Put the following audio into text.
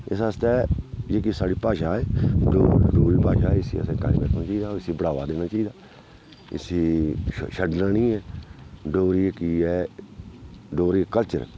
इस आस्तै जेह्की साढ़ी भाशा ऐ डोगरी भाशा इसी असें कायम रक्खना होर इसी असें बढ़ावा देना चाहिदा इसी छड्ढना नी ऐ डोगरी जेह्की ऐ डोगरी कल्चर